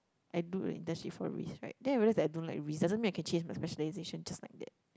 I do a industry for risk right then I realised I don't like risk doesn't mean I can change my specialisation just like that